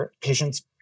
patients